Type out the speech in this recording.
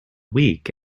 week